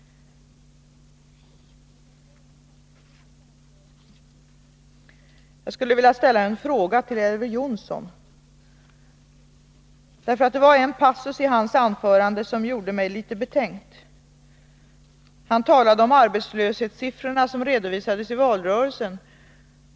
Jag skulle vilja ställa en fråga till Elver Jonsson. Det var en passus i hans anförande som gjorde mig litet betänksam. Han talade om de arbetslöshetssiffror som redovisades i valrörelsen.